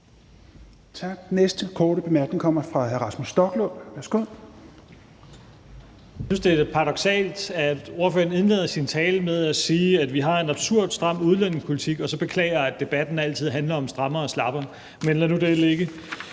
næste korte bemærkning kommer fra hr. Rasmus Stoklund.